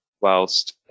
whilst